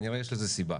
כנראה יש לזה סיבה.